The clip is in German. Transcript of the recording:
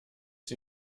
sie